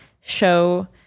show